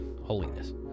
holiness